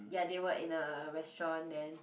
ya they were in a restaurant then